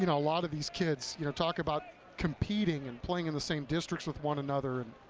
you know a lot of these kids you know talk about competing and playing in the same districts with one another, and